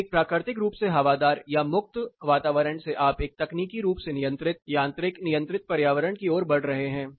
तो एक प्राकृतिक रूप से हवादार या एक मुक्त वातावरण से आप एक तकनीकी रूप से नियंत्रित यांत्रिक नियंत्रित पर्यावरण की ओर बढ़ रहे हैं